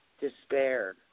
despair